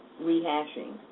rehashing